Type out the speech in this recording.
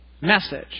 message